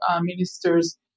ministers